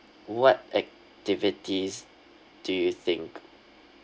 what activities do you think